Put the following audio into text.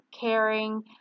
caring